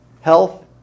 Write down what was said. health